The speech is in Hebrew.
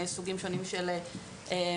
סוגים שונים של מטפלים,